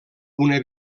una